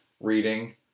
reading